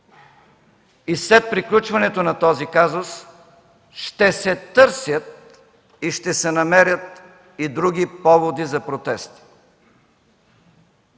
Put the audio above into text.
– след приключването на този казус ще се търсят и ще се намерят и други поводи за протести.